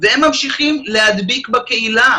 והם ממשיכים להדביק בקהילה.